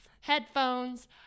headphones